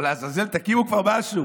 אבל לעזאזל, תקימו כבר משהו.